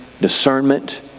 discernment